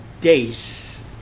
days